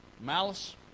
malice